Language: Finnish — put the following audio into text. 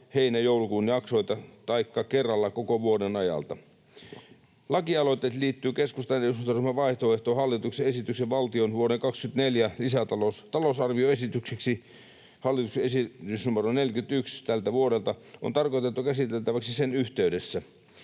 heinä—joulukuun jaksoilta taikka kerralla koko vuoden ajalta. Lakialoite liittyy keskustan eduskuntaryhmän vaihtoehtoon hallituksen esitykselle valtion vuoden 24 talousarvioesitykseksi — hallituksen esitys numero 41 tältä vuodelta — ja on tarkoitettu käsiteltäväksi sen yhteydessä.